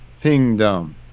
kingdom